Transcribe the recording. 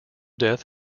death